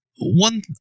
One